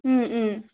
উম উম